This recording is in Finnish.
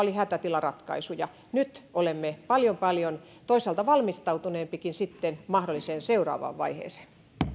vaan hätätilaratkaisuja nyt olemme toisaalta paljon paljon valmistautuneempiakin mahdolliseen seuraavaan vaiheeseen